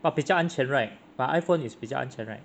but 比较安全 right but iPhone is 比较安全 right